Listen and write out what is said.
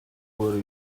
were